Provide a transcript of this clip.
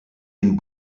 den